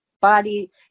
body